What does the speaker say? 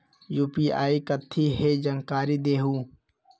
UPI कथी है? जानकारी दहु